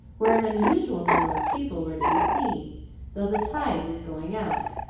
where an unusual number of people were to be seen though the tide was going out,